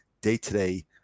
day-to-day